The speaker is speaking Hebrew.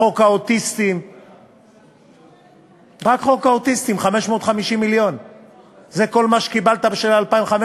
159). יציג אותה יושב-ראש הוועדה חבר הכנסת אלי אלאלוף.